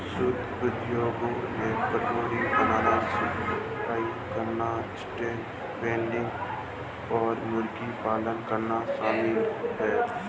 सूक्ष्म उद्यमों में टोकरी बनाना, सिलाई करना, स्ट्रीट वेंडिंग और मुर्गी पालन करना शामिल है